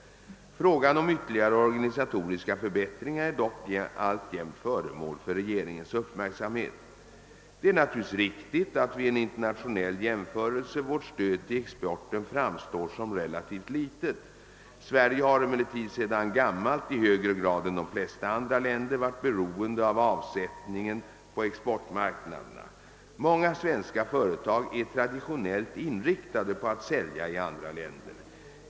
Frågan om ytterligare organisatoriska förbättringar är dock alltjämt föremål för regeringens uppmärksamhet. Det är naturligtvis riktigt att vid en internationell jämförelse vårt stöd till exporten framstår som relativt litet. Sverige har emellertid sedan gammalt i högre grad än de flesta andra länder varit beroende av avsättningen på exportmarknaderna. Många svenska företag är traditionellt inriktade på att säl ja i andra länder.